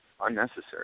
Unnecessary